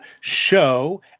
show